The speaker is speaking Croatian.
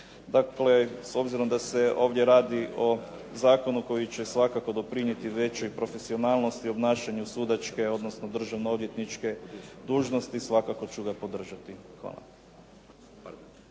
Dakle, s obzirom da se ovdje radi o zakonu koji će svakako doprinijeti većoj profesionalnosti obnašanju sudačke, odnosno državno-odvjetničke dužnosti svakako ću ga podržati. Hvala.